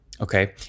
Okay